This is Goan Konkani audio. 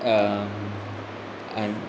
आनी